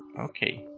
okay.